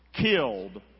killed